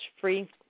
free